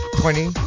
twenty